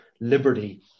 liberty